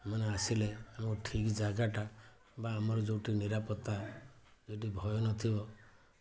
ଏମାନେ ଆସିଲେ ଆଙ୍କୁ ଠିକ ଜାଗାଟା ବା ଆମର ଯେଉଁଠି ନିରାପତ୍ତା ସେଇଠି ଭୟ ନଥିବ